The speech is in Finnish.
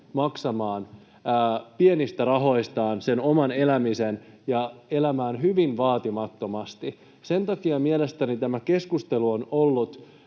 maksamaan pienistä rahoistaan oman elämisen ja elämään hyvin vaatimattomasti. Sen takia mielestäni tämä keskustelu on ollut